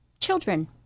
children